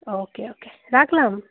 ওকে okay রাখলাম